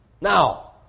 Now